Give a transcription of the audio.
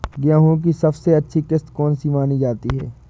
गेहूँ की सबसे अच्छी किश्त कौन सी मानी जाती है?